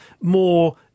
more